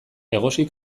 egosi